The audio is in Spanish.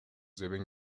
deben